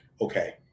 okay